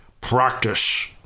Practice